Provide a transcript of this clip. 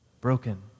broken